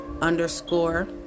underscore